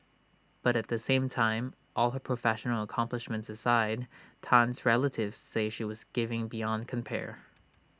but at the same time all her professional accomplishments aside Tan's relatives say she was giving beyond compare